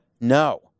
No